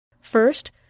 First